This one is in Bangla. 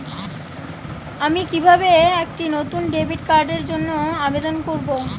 আমি কিভাবে একটি নতুন ডেবিট কার্ডের জন্য আবেদন করব?